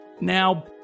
Now